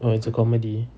oh it's a comedy